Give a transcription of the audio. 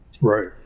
Right